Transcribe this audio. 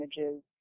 images